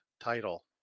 title